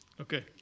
Okay